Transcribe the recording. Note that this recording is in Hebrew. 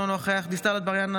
אינו נוכח גלית דיסטל אטבריאן,